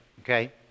Okay